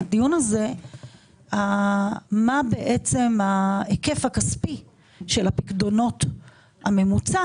מה ההבדל מבחינת הכסף בין פיקדונות מעל לשנה לבין פיקדונות